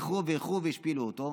איחרו ואיחרו והשפילו אותו.